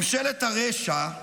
ממשלת הרשע,